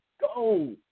go